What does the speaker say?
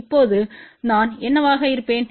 இப்போது நான் என்னவாக இருப்பேன்